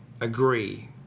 agree